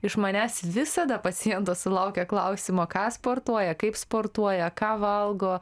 iš manęs visada pacientas sulaukia klausimo ką sportuoja kaip sportuoja ką valgo